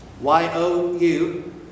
Y-O-U